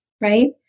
Right